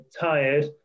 tired